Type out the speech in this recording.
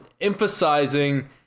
emphasizing